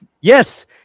Yes